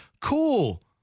cool